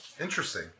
Interesting